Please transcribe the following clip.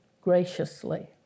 graciously